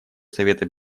совета